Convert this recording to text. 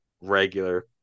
regular